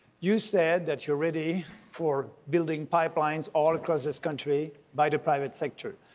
you've said that you're ready for building pipelines all across this country by the private sector.